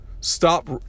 stop